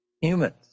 humans